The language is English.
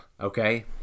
okay